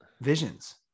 visions